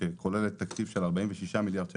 שכוללת תקציב של 46 מיליארד,